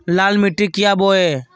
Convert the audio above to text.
लाल मिट्टी क्या बोए?